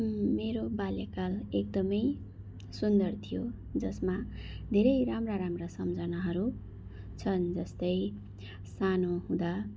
मेरो बाल्यकाल एकदमै सुन्दर थियो जसमा धेरै राम्रा राम्रा सम्झानाहरू छन् जस्तै सानो हुँदा